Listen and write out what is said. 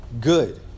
good